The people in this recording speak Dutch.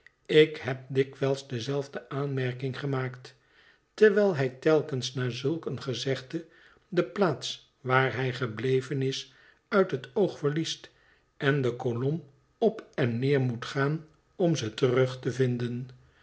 ik heb dikwijls dezelfde aanmerking gemaakt terwijl hij telkens na zulk een gezegde de plaats waar hij gebleven is uit het oog verliest en de kolom op en neer moet gaan om ze terug te vinden